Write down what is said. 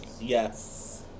Yes